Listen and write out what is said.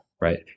right